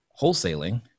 wholesaling